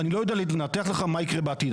אני לא יודע לנתח לך מה יקרה בעתיד.